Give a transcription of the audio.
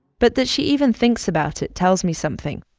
but that she even thinks about it tells me something.